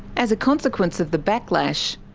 as a consequence of the backlash,